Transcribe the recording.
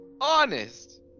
Honest